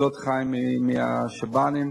לאנשים אין ביטוח משלים.